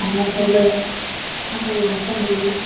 సరే ఎంత అండి ఇవి